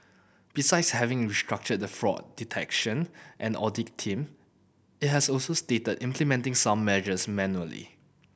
besides having restructured the fraud detection and audit team it has also stated implementing some measures manually